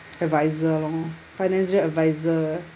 advisor lor financial adviser